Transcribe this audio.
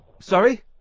Sorry